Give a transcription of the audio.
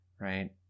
right